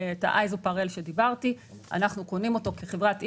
את ה- Isopar L, כחברת אינדיגו,